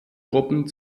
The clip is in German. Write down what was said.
gruppen